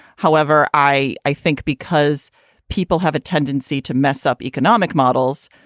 however, i i think because people have a tendency to mess up economic models.